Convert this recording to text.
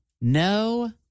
no